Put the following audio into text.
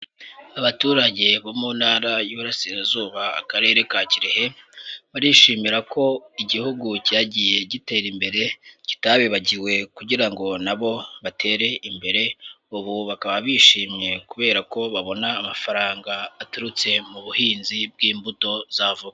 Abaturage bo mu ntara y'Iburasirazuba, Akarere ka Kirehe, barishimira ko igihugu cyagiye gitera imbere kitabibagiwe kugira ngo na bo batere imbere, ubu bakaba bishimye kubera ko babona amafaranga aturutse mu buhinzi bw'imbuto za voka.